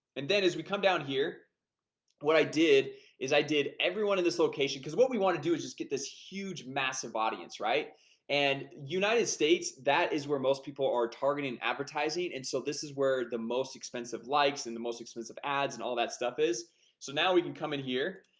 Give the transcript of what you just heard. and then as we come down here what i did is i did everyone in this location because what we want to do is just get this huge massive audience right and united states that is where most people are targeting advertising and so this is where the most expensive likes and the most expensive ads and all that stuff is so now we can come in here